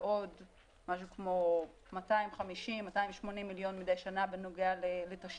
ועוד משהו כמו 250 280 מיליון מדי שנה בנוגע לתשתיות.